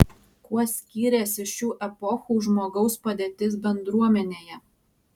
kuo skyrėsi šių epochų žmogaus padėtis bendruomenėje